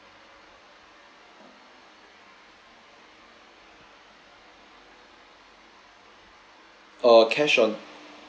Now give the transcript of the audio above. uh cash on